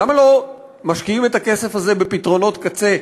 למה לא משקיעים את הכסף הזה בפתרונות קצה,